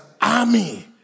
army